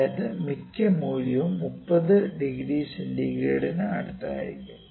അതായത് മിക്ക മൂല്യവും 30 ഡിഗ്രി സെന്റിഗ്രേഡിനടുത്തായിരിക്കും